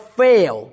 fail